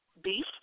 beef